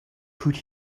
could